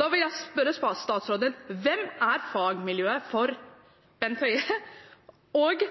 Da vil jeg spørre statsråden: Hvem utgjør fagmiljøet for Bent Høie? Og